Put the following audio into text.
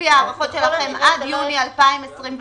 לפי הערכות שלכם, עד יוני 2021,